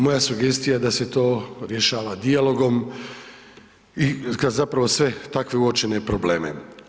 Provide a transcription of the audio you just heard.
Moja sugestija je da se to rješava dijalogom i kad zapravo sve takve uočene probleme.